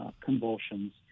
convulsions